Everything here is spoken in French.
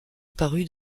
apparu